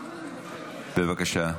בבקשה.